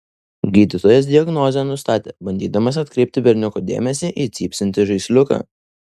gydytojas diagnozę nustatė bandydamas atkreipti berniuko dėmesį į cypsintį žaisliuką